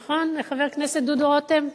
נכון, חבר הכנסת דודו רותם?